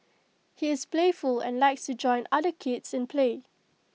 he is playful and likes to join other kids in play